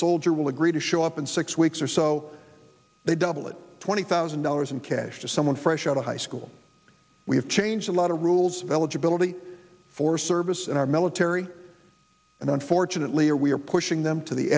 soldier will agree to show up in six weeks or so they double it twenty thousand dollars in cash to someone fresh out of high school we have changed a lot of rules of eligibility for service in our military and unfortunately are we are pushing them to the